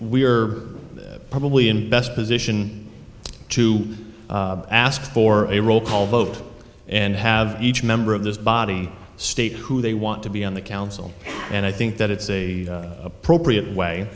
are probably in best position to ask for a roll call vote and have each member of this body state who they want to be on the council and i think that it's a appropriate way